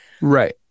Right